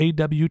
awt